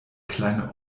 kleine